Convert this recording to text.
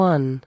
One